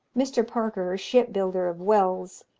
mr. parker, ship-builder, of wells,